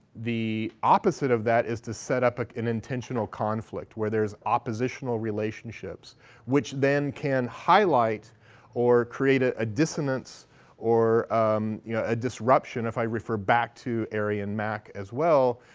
the opposite of that is to set up an intentional conflict where there's oppositional relationships which then can highlight or create a ah dissonance or um yeah a disruption if i refer back to arien mack as well,